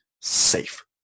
safe